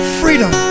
freedom